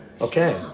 okay